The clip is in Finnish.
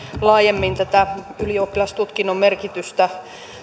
laajemmin tätä ylioppilastutkinnon merkitystä